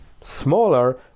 smaller